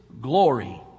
glory